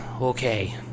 okay